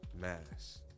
mass